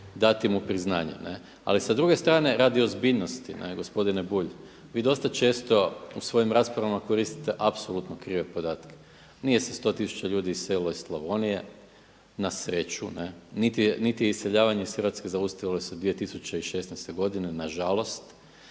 dati mu priznanje. Ali s druge strane radi ozbiljnosti, gospodine Bulj, vi dosta često u svojim raspravama koristite apsolutno krive podatke. Nije se 100 tisuća ljudi iselilo iz Slavonije na sreću, niti iseljavanje iz Hrvatske zaustavilo se 2016. godine nažalost,